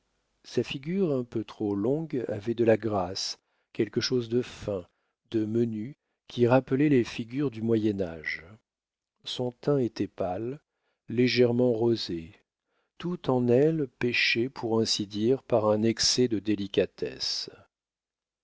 sa figure un peu trop longue avait de la grâce quelque chose de fin de menu qui rappelait les figures du moyen âge son teint était pâle légèrement rosé tout en elle péchait pour ainsi dire par un excès de délicatesse